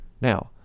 Now